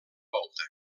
volta